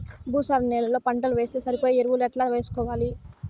భూసార నేలలో పంటలు వేస్తే సరిపోయే ఎరువులు ఎట్లా వేసుకోవాలి?